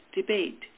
debate